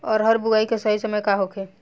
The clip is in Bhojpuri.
अरहर बुआई के सही समय का होखे?